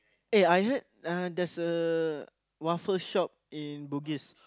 eh I heard uh there's a waffle shop in bugis